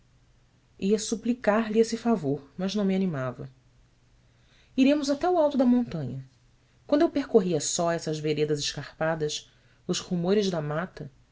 ia suplicar lhe esse favor mas não me animava remos até o alto da montanha quando eu percorria só essas veredas escarpadas os rumores da mata